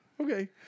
Okay